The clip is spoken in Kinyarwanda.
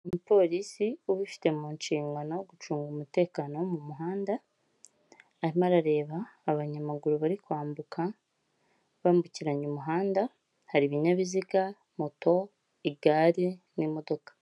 Umupolisi uba ufite mu nshingano gucunga umutekano wo mu muhanda, arimo arareba abanyamaguru bari kwambuka, bambukiranya umuhanda, hari ibinyabiziga moto, igare n'imodoka.